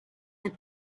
and